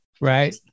Right